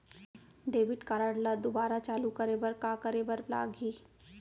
Debit card ला दोबारा चालू करे बर का करे बर लागही?